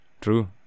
true